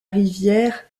rivière